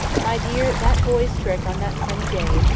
my dear, that boy's trick, on that sunny day,